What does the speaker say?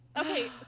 okay